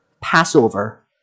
Passover